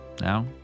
now